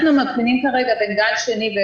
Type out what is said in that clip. אנחנו מבחינים כרגע בין גל שני,